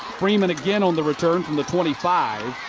freeman again on the return from the twenty five.